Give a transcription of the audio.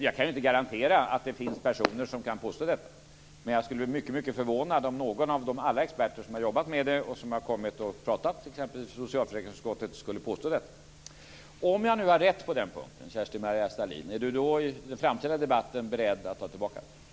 Jag kan inte garantera att det inte finns personer som kan påstå detta, men jag skulle bli mycket förvånad om någon av alla de experter som har jobbat med detta och som har kommit och talat i t.ex. socialförsäkringsutskottet skulle påstå detta. Om jag nu har rätt på den punkten, är Kerstin Maria Stalin då i den framtida debatten beredd att ta tillbaka det som hon sade?